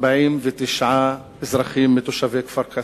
49 אזרחים מתושבי כפר-קאסם.